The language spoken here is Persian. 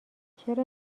چرا